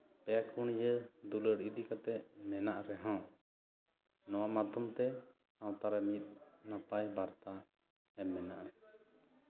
ᱯᱮ ᱠᱩᱱᱭᱟᱹ ᱫᱩᱞᱟᱹᱲ ᱤᱫᱤ ᱠᱟᱛᱮᱫ ᱢᱮᱱᱟᱜ ᱨᱮᱦᱚᱸ ᱱᱚᱣᱟ ᱢᱟᱫᱽᱫᱷᱚᱢ ᱛᱮ ᱥᱟᱶᱛᱟ ᱨᱮ ᱢᱤᱫ ᱱᱟᱯᱟᱭ ᱵᱟᱨᱛᱟ ᱮᱢ ᱢᱮᱱᱟᱜᱼᱟ